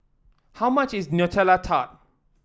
how much is Nutella Tart